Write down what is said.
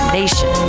nation